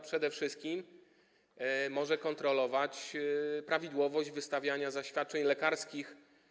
Przede wszystkim mogą kontrolować prawidłowość wystawiania zaświadczeń lekarskich.